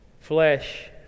flesh